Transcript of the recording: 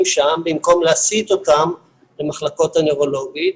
שם במקום להסיט אותם למחלקות הנוירולוגיה.